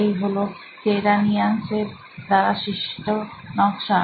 এই হল টেরানিয়ান্স এর দ্বারা সৃষ্ট নকশা